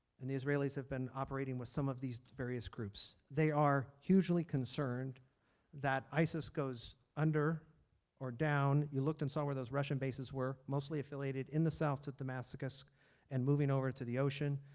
and the israelis have been operating with some of these various groups. they are hugely concerned that isis goes under or down you looked and saw where those russian bases were. mostly affiliated in the south of damascus and moving over to the ocean.